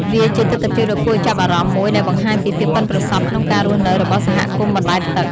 វាជាទិដ្ឋភាពដ៏គួរឱ្យចាប់អារម្មណ៍មួយដែលបង្ហាញពីភាពប៉ិនប្រសប់ក្នុងការរស់នៅរបស់សហគមន៍បណ្តែតទឹក។